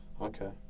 Okay